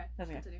okay